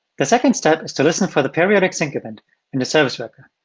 the second step is to listen for the periodic sync event in the service record.